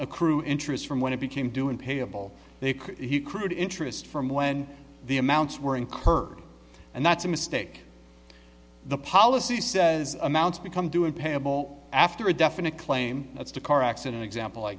accrue interest from when it became due and payable they could crude interest from when the amounts were incurred and that's a mistake the policy says amounts become doing payable after a definite claim that's a car accident example i